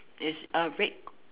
is a red